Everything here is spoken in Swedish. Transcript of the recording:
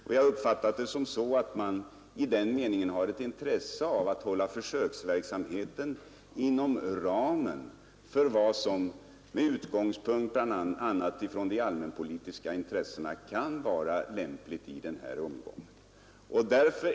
Jag har uppfattat det så, att man i kommunförbunden har ett intresse av att hålla försöksverksamheten inom ramen för vad de centrala råden kan bli överens om.